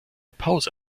pause